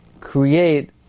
create